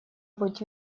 быть